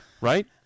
Right